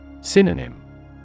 Synonym